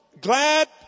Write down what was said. glad